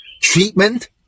treatment